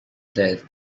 death